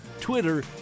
Twitter